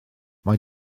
mae